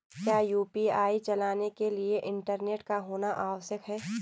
क्या यु.पी.आई चलाने के लिए इंटरनेट का होना आवश्यक है?